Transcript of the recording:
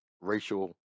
racial